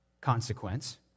consequence